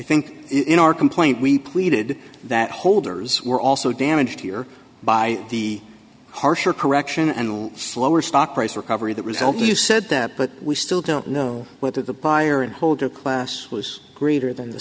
think in our complaint we pleaded that holders were also damaged here by the harsher correction and slower stock price recovery that result you said that but we still don't know whether the buyer and holder class was greater than the